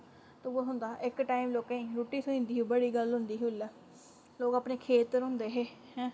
ते उ'ऐ थ्होंदा हा इक टाइम लोंके गी रुट्टी थ्होई जंदी ही बड़ी गल्ल होंदी ही ओल्लै लोक अपने खेत्तर होंदे हे